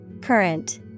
Current